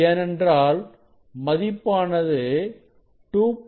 இது ஏனென்றால் மதிப்பானது 2